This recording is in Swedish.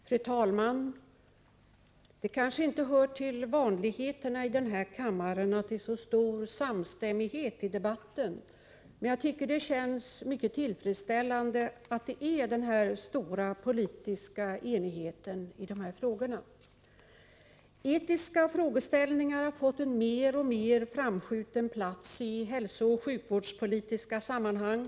Fru talman! Det kanske inte hör till vanligheterna i denna kammare att det råder så stor samstämmighet i debatten. Men det känns mycket tillfredsställande med denna stora politiska enighet i dessa frågor. Etiska frågeställningar har fått en mer och mer framskjuten plats i hälsooch sjukvårdspolitiska sammanhang.